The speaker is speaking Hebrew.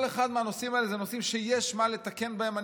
כל אחד מהנושאים האלה, יש מה לתקן בהם.